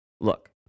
look